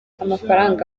amafaranga